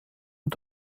und